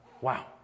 Wow